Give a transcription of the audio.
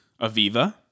Aviva